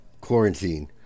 quarantine